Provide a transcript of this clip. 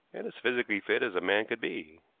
and as physically fit as a man could be.